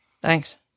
Thanks